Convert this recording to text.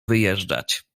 wyjeżdżać